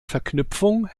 verknüpfung